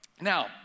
Now